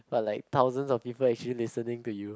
are like thousands of people actually listening to you